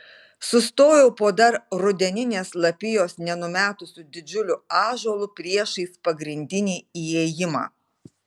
sustojau po dar rudeninės lapijos nenumetusiu didžiuliu ąžuolu priešais pagrindinį įėjimą